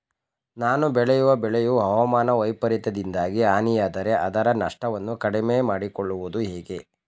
ನಾನು ಬೆಳೆಯುವ ಬೆಳೆಯು ಹವಾಮಾನ ವೈಫರಿತ್ಯದಿಂದಾಗಿ ಹಾನಿಯಾದರೆ ಅದರ ನಷ್ಟವನ್ನು ಕಡಿಮೆ ಮಾಡಿಕೊಳ್ಳುವುದು ಹೇಗೆ?